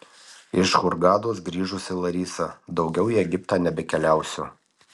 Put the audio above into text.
iš hurgados grįžusi larisa daugiau į egiptą nebekeliausiu